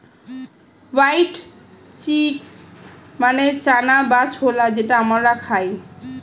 white chickpea মানে চানা বা ছোলা যেটা আমরা খাই